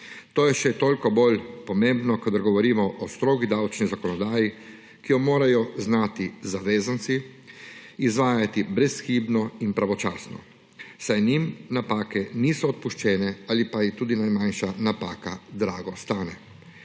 To je še toliko bolj pomembno, kadar govorimo o strogi davčni zakonodaji, ki jo morajo znati zavezanci izvajati brezhibno in pravočasno, saj njim napake niso odpuščene ali pa jih tudi najmanjša napaka drago stane.